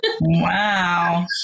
Wow